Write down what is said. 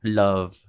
love